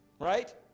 Right